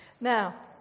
now